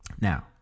Now